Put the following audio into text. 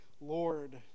Lord